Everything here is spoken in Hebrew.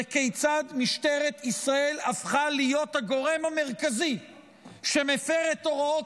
וכיצד משטרת ישראל הפכה להיות הגורם המרכזי שמפר את הוראות